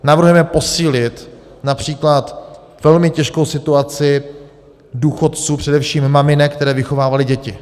Navrhujeme posílit například velmi těžkou situaci důchodců, především maminek, které vychovávaly děti.